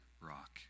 rock